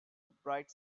bright